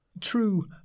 true